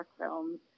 films